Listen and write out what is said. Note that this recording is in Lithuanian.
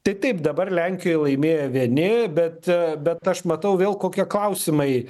tai taip dabar lenkijoj laimėjo vieni bet bet aš matau vėl kokie klausimai